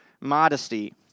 modesty